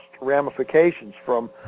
ramifications—from